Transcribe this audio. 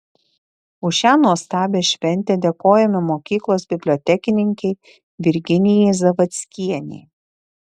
už šią nuostabią šventę dėkojame mokyklos bibliotekininkei virginijai zavadskienei